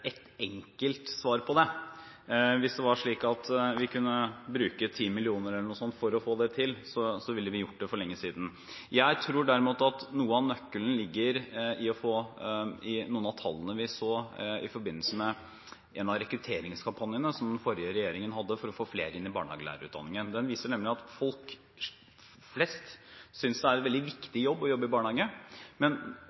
et enkelt svar på det. Hvis det var slik at vi kunne bruke 10 mill. kr eller noe sånt for å få det til, så ville vi gjort det for lenge siden. Jeg tror derimot at noe av nøkkelen ligger i noen av tallene vi så i forbindelse med en av rekrutteringskampanjene som den forrige regjeringen hadde for å få flere inn i barnehagelærerutdanningen. Den viser nemlig at folk flest synes at det er en veldig